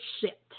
sit